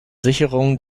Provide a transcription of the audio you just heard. sicherung